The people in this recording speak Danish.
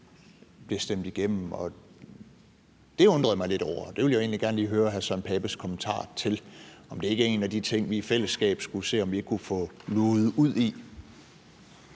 bliver stemt igennem. Det undrede jeg mig lidt over, og det ville jeg egentlig gerne høre hr. Søren Pape Poulsens kommentarer til, altså om ikke det er en af de ting, vi i fællesskab skulle se om vi kunne få luget ud i.